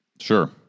Sure